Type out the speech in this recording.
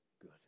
good